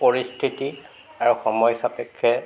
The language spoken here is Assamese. পৰিস্থিতি আৰু সময় সাপেক্ষে